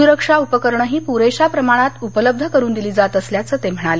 सुरक्षा उपकरणंही पुरेशा प्रमाणात उपलब्ध करून दिली जात असल्याचं ते म्हणाले